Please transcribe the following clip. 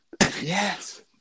Yes